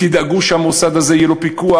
תדאגו שהמוסד הזה יהיה עליו פיקוח.